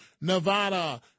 Nevada